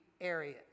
areas